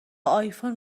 آیفون